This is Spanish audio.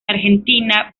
argentina